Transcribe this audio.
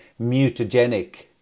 mutagenic